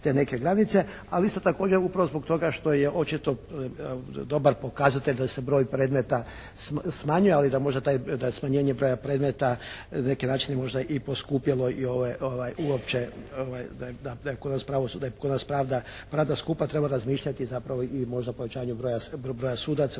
neke granice. Ali isto također upravo zbog toga što je očito dobar pokazatelj da se broj predmeta smanjuje, ali da možda taj, da smanjenje broja predmeta na neki način je možda i poskupjelo i uopće da im, kod nas pravda skupa, treba razmišljati zapravo i možda pojačanju broja sudaca.